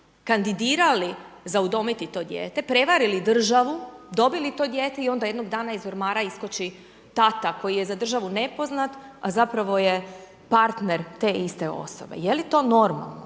kandidirali za udomiti to dijete, prevarili državu, dobili to dijete i onda jednog dana iz ormara iskoči tata koji je za državu nepoznat a zapravo je partner te iste osobe? Je li to normalno,